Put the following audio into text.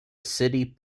city